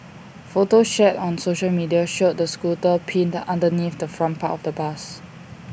photos shared on social media showed the scooter pinned underneath the front part of the bus